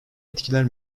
etkiler